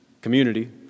community